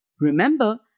Remember